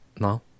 No